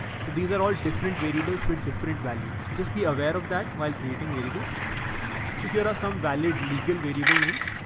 so these are all different variables with different values. just be aware of that. while creating variables secure are some valid, legal variable names